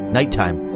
Nighttime